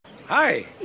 Hi